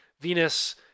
Venus